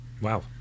wow